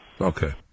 Okay